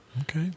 Okay